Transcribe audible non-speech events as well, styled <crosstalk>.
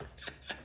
<laughs>